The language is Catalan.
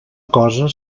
cosa